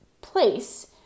place